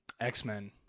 x-men